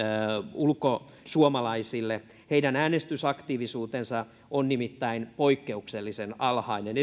ulkosuomalaisille heidän äänestysaktiivisuutensa on nimittäin poikkeuksellisen alhainen